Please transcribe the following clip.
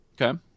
Okay